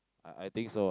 I I think so ah